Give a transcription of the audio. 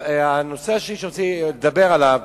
הנושא השני שרציתי לדבר עליו,